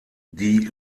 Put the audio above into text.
die